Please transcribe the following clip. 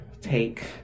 take